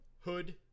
hood